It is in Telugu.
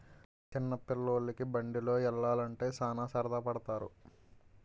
చిన్న పిల్లోలికి బండిలో యల్లాలంటే సాన సరదా పడతారు